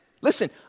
Listen